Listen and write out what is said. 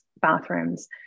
bathrooms